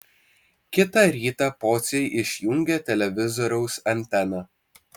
kitą rytą pociai išjungė televizoriaus anteną